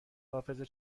حافظه